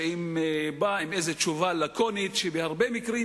שבא עם איזו תשובה לקונית שבהרבה מקרים